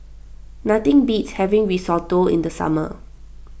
nothing beats having Risotto in the summer